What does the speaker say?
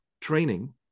training